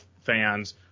fans